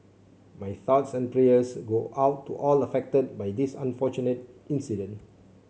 my thoughts and prayers go out to all affected by this unfortunate incident